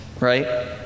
right